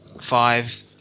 five